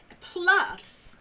Plus